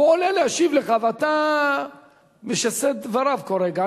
הוא עולה להשיב לך ואתה משסע את דבריו כל רגע.